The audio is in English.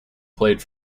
played